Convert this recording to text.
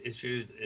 issues